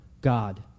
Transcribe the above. God